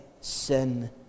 sin